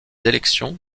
élections